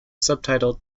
subtitled